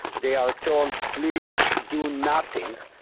they are told please do nothing,